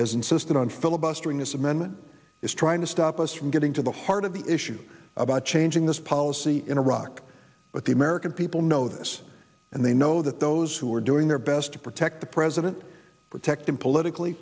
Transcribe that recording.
has insisted on filibustering this amendment is trying to stop us from getting to the heart of the issue about changing this policy in iraq but the american people know this and they know that those who are doing their best to protect the president protect him politically